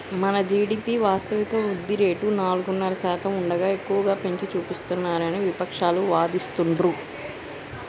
మన జీ.డి.పి వాస్తవిక వృద్ధి రేటు నాలుగున్నర శాతం ఉండగా ఎక్కువగా పెంచి చూపిస్తున్నారని విపక్షాలు వాదిస్తుండ్రు